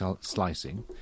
slicing